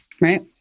right